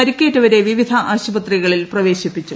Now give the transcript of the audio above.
പരിക്കേറ്റവരെ വിവിധ ആസ്പത്രികളിൽ പ്രവേശിപ്പിച്ചു